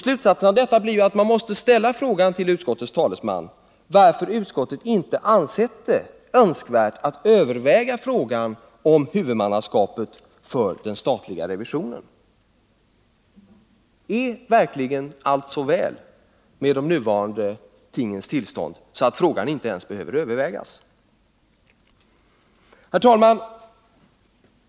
Slutsatsen blir att man måste fråga utskottets talesman varför inte utskottet har ansett det önskvärt att överväga frågan om huvudmannaskapet för den statliga revisionen. Fungerar verkligen allt så väl med de nuvarande tingens tillstånd att frågan inte ens behöver övervägas? Herr talman!